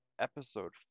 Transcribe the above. episode